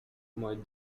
moj